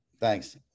Thanks